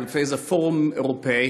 או באיזה פורום אירופי,